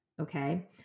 okay